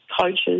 coaches